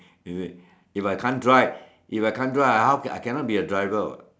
you see if I can't drive I cannot be a driver what